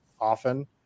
often